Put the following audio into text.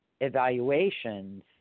evaluations